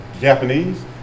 Japanese